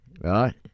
right